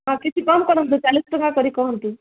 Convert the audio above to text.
ହଁ କିଛି କମ କରନ୍ତୁ ଚାଲିଶ ଟଙ୍କା କରି କହନ୍ତୁ